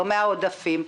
לא מהעודפים,